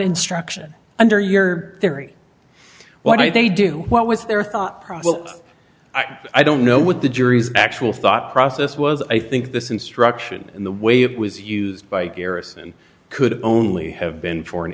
instruction under your theory why they do what was their thought process i don't know what the jury's actual thought process was i think this instruction and the way it was used by harrison could only have been for an